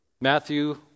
Matthew